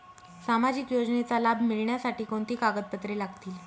सामाजिक योजनेचा लाभ मिळण्यासाठी कोणती कागदपत्रे लागतील?